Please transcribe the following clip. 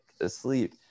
asleep